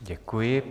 Děkuji.